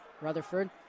rutherford